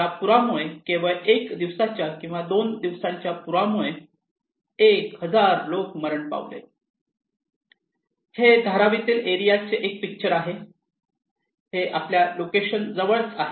या पुरामुळे केवळ एक दिवसाच्या किंवा दोन दिवसांच्या पुरामुळे सुमारे 1000 लोक मरण पावले हे धारावी तील एरिया चे एक पिक्चर आहे हे आपल्या लोकेशन जवळच आहे